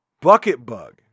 bucket-bug